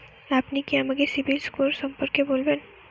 আপনি কি আমাকে সিবিল স্কোর সম্পর্কে বলবেন?